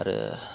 आरो